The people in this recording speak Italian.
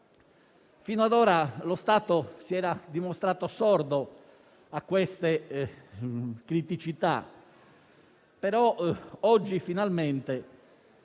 Finora lo Stato si era dimostrato sordo a queste criticità, ma oggi - finalmente